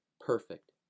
perfect